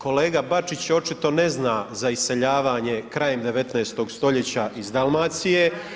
Kolega Bačić očito ne zna za iseljavanje krajem 19. stoljeća iz Dalmacije.